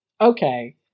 okay